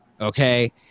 okay